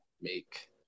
make